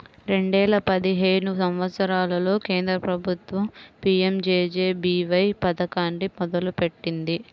రెండేల పదిహేను సంవత్సరంలో కేంద్ర ప్రభుత్వం పీ.యం.జే.జే.బీ.వై పథకాన్ని మొదలుపెట్టింది